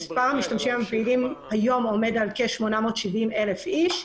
מספר המשתמשים הפעילים היום עומד על כ-860,000 איש.